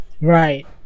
Right